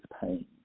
pain